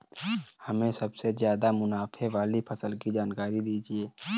हमें सबसे ज़्यादा मुनाफे वाली फसल की जानकारी दीजिए